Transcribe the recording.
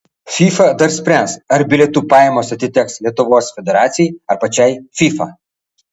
fifa dar spręs ar bilietų pajamos atiteks lietuvos federacijai ar pačiai fifa